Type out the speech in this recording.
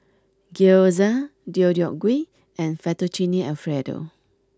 Gyoza Deodeok gui and Fettuccine Alfredo